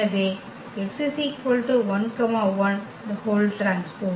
எனவே x 1 1T